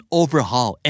overhaul